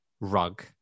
rug